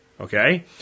Okay